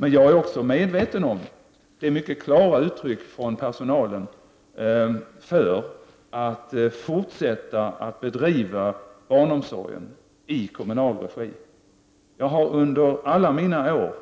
Men jag är också medveten om de mycket klara uttrycken från personalen för att fortsätta att bedriva barnomsorgen i kommunal regi. Jag har under alla mina år